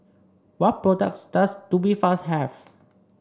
what products does Tubifast have